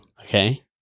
Okay